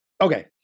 Okay